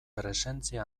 presentzia